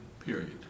period